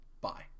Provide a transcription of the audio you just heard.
Bye